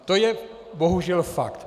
To je bohužel fakt.